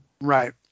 right